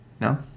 no